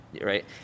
right